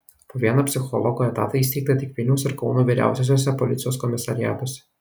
po vieną psichologo etatą įsteigta tik vilniaus ir kauno vyriausiuosiuose policijos komisariatuose